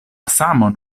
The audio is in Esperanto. samon